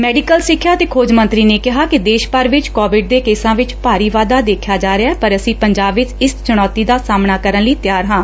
medical ਸਿੱਖਿਆ ਅਤੇ ਖੋਜ ਮੰਤਰੀ ਨੇ ਕਿਹਾ ਕਿ ਦੇਸ਼ ਭਰ ਵਿਚ ਕੋਵਿਡ ਦੇ ਕੇਸਾਂ ਵਿਚ ਭਾਰੀ ਵਾਧਾ ਦੇਖਿਆ ਜਾ ਰਿਹੈ ਪਰ ਅਸੀ ਪੰਜਾਬ ਵਿਚ ਇਸ ਚੁਣੌਤੀ ਦਾ ਸਾਹਮਣਾ ਕਰਨ ਲਈ ਤਿਆਰ ਹਾਂ